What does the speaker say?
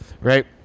right